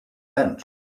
bench